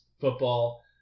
football